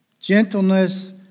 gentleness